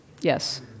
Yes